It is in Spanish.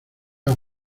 has